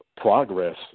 progress